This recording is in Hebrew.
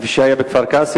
כפי שהיה בכפר-קאסם,